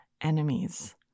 enemies